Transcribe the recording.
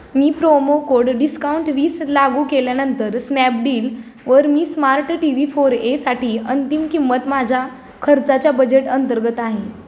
मी promo code discount वीस लागू केल्यानंतर स्नॅपडील वर मी smart T V four A साठी अंतिम किंमत माझ्या खर्चाच्या बजेट अंतर्गत आहे